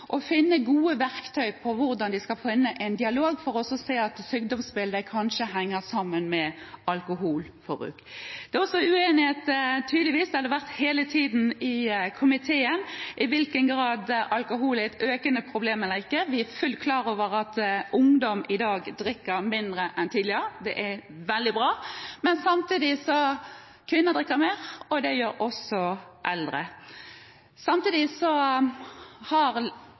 finne gode verktøy for hvordan de skal få en dialog om sykdomsbildet for å se om det kanskje henger sammen med alkoholforbruket. Det er tydeligvis også uenighet – det har det vært hele tiden i komiteen – om i hvilken grad alkohol er et økende problem eller ikke. Vi er fullt klar over at ungdom i dag drikker mindre enn tidligere. Det er veldig bra. Men samtidig drikker kvinner mer, og det gjør også eldre. Dessuten har